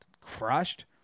crushed